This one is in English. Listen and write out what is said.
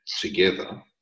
together